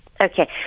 Okay